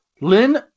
Lynn